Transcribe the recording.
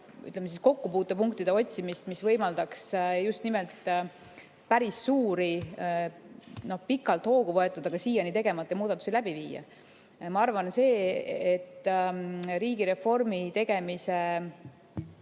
ühendamist ja kokkupuutepunktide otsimist, mis võimaldaks just nimelt päris suuri, pikalt hoogu võetud, aga siiani tegemata muudatusi läbi viia. Ma arvan, et see, et riigireformi tegemise